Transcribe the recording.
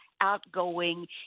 outgoing